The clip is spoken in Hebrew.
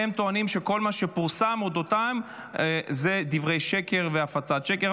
והם טוענים שכל מה שפורסם אודותיהם זה דברי שקר והפצת שקר.